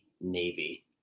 Navy